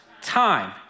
time